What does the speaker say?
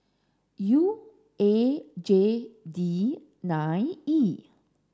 U A J D nine E